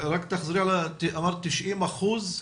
רק תדגישי את הנתון, 90%?